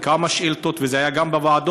היו כמה שאילתות וזה היה גם בוועדות,